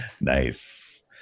Nice